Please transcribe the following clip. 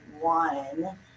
one